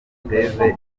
imbere